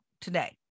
today